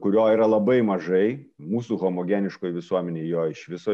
kurio yra labai mažai mūsų homogeniškoj visuomenėj jo iš viso